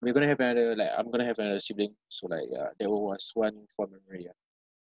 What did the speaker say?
we're going to have another like I'm going to have another sibling so like ya that wa~ was one fond memory ah